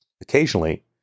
Occasionally